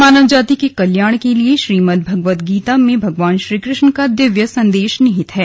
मानव जाति के कल्याण के लिए श्रीमदभगवद् गीता में भगवान श्रीकृष्ण का दिव्य संदेश निहित है